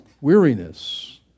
weariness